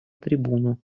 трибуну